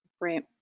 Great